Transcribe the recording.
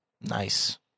Nice